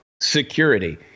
security